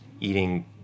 eating